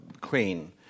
Queen